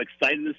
excited